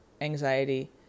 anxiety